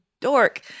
dork